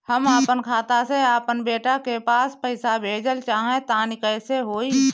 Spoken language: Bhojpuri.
हम आपन खाता से आपन बेटा के पास पईसा भेजल चाह तानि कइसे होई?